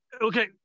okay